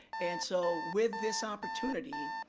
and so, with this opportunity,